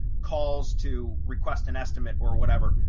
calls to request an estimate or whatever,